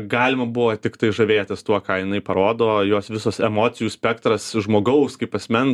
galima buvo tiktai žavėtis tuo ką jinai parodo jos visos emocijų spektras žmogaus kaip asmens